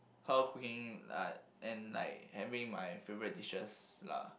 her cooking like and like having my favourite dishes lah